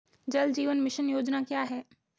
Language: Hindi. जल जीवन मिशन योजना क्या है?